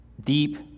deep